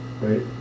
right